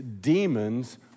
demons